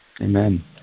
Amen